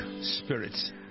spirits